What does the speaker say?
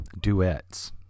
duets